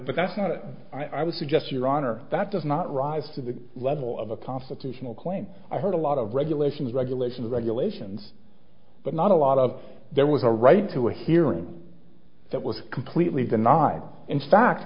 but that's not it i would suggest your honor that does not rise to the level of a constitutional claim i heard a lot of regulations regulation regulations but not a lot of there was a right to a hearing that was completely denied in